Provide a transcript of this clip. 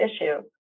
issue